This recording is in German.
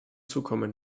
zukommen